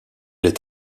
est